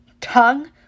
tongue